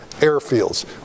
Airfields